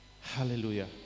Hallelujah